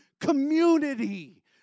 Community